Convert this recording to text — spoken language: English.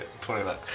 29